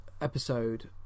episode